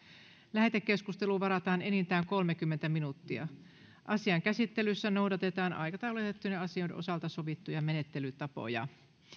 lähetekeskusteluun varataan enintään kolmekymmentä minuuttia asian käsittelyssä noudatetaan aikataulutettujen asioiden osalta sovittuja menettelytapoja